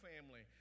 family